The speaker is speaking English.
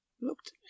looked